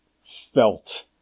felt